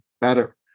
better